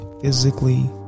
physically